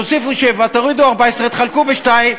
תוסיפו 7, תורידו 14, תחלקו ב-2,